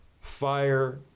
fire